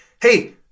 Hey